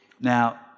Now